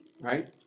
right